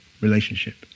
relationship